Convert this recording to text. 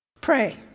Pray